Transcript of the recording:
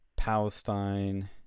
palestine